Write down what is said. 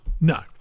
No